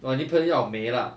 !wah! 女朋要美 lah